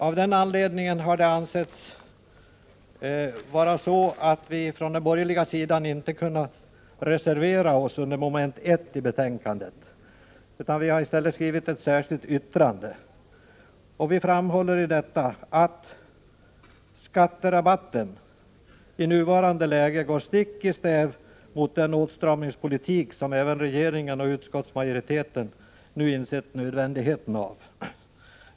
Av den anledningen har vi på den borgerliga sidan inte ansett det vara möjligt att reservera oss under mom. 1i betänkandet, utan vi har i stället skrivit ett särskilt yttrande. Vi framhåller i det särskilda yttrandet att skatterabatten i nuvarande läge går stick i stäv mot den åtstramningspolitik som även regeringen och utskottsmajoriteten nu har insett nödvändigheten av.